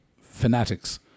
fanatics